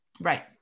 Right